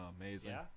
amazing